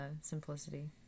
simplicity